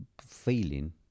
feeling